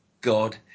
God